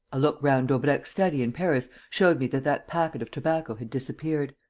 a look round daubrecq's study in paris showed me that that packet of tobacco had disappeared.